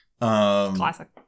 classic